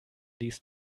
ließ